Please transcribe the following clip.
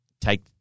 take